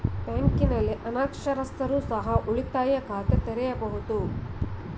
ಬ್ಯಾಂಕಿನಲ್ಲಿ ಅನಕ್ಷರಸ್ಥರು ಸಹ ಉಳಿತಾಯ ಖಾತೆ ತೆರೆಯಬಹುದು?